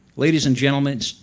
ladies and gentlemen, so